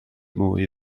mwy